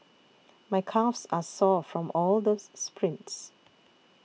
my calves are sore from all this sprints